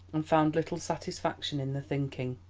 and found little satisfaction in the thinking.